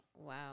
Wow